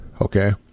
Okay